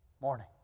morning